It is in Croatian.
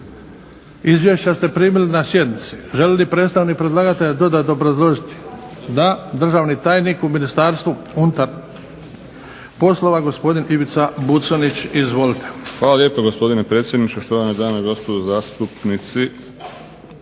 Izvješća ste primili na sjednici. Želi li predstavnik predlagatelja dodatno obrazložiti? Da. Državni tajnik u Ministarstvu unutarnjih poslova gospodin Ivica Buconjić. Izvolite. **Buconjić, Ivica (HDZ)** Hvala lijepo gospodine predsjedniče. Štovane dame i gospodo zastupnici.